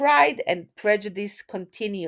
Pride and Prejudice continues"